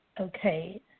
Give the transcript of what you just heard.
Okay